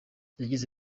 yagize